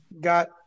got